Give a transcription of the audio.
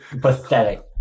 Pathetic